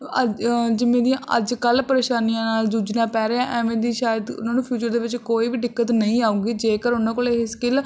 ਅੱ ਜਿਵੇਂ ਦੀਆਂ ਅੱਜ ਕੱਲ੍ਹ ਪ੍ਰੇਸ਼ਾਨੀਆਂ ਨਾਲ ਜੂਝਣਾ ਪੈ ਰਿਹਾ ਹੈ ਐਵੇਂ ਦੀ ਸ਼ਾਇਦ ਉਨ੍ਹਾਂ ਨੂੰ ਫਿਊਚਰ ਦੇ ਵਿੱਚ ਕੋਈ ਵੀ ਦਿੱਕਤ ਨਹੀਂ ਆਵੇਗੀ ਜੇਕਰ ਉਨ੍ਹਾਂ ਕੋਲ ਇਹ ਸਕਿੱਲ